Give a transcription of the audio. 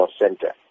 Center